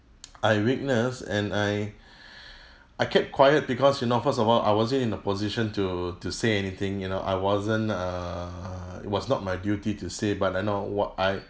I witness and I I kept quiet because you know first of all I wasn't in a position to to say anything you know I wasn't err it was not my duty to say but I know what I